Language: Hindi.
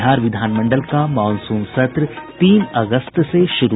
बिहार विधान मंडल का मॉनसून सत्र तीन अगस्त से होगा शुरू